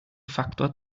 faktor